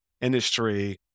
industry